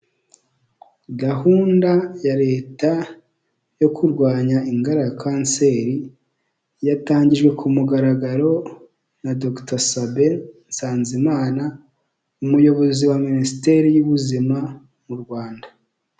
Gahunda ya leta yo kurwanya indwara ya kanseri yatangajwe ku mugaragaro na Dogita Sabin Nsanzimana umuyobozi wa minisiteri y'ubuzima mu Rwanda.